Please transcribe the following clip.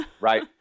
Right